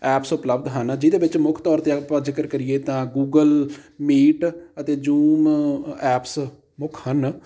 apps ਉਪਲਬਧ ਹਨ ਜਿਹਦੇ ਵਿੱਚ ਮੁੱਖ ਤੌਰ 'ਤੇ ਆਪਾਂ ਜ਼ਿਕਰ ਕਰੀਏ ਤਾਂ ਗੂਗਲ ਮੀਟ ਅਤੇ ਜ਼ੂਮ ਐਪਸ ਮੁੱਖ ਹਨ